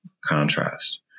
Contrast